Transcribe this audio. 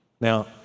Now